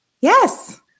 Yes